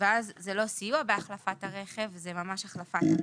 ואז זה לא סיוע בהחלפת הרכב, זה ממש החלפת הרכב,